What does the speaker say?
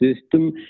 system